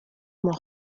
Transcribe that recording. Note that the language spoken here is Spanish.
como